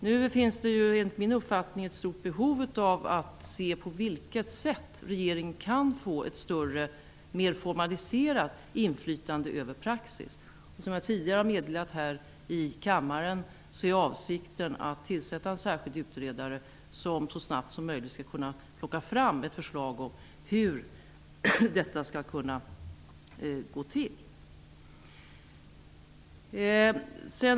Nu finns det enligt min uppfattning ett stort behov av att se över på vilket sätt regeringen kan få ett större, mer formaliserat inflytande över praxis. Som jag tidigare har meddelat i kammaren är avsikten att tillsätta en särskild utredare som så snabbt som möjligt skall kunna plocka fram ett förslag till hur detta skall kunna gå till.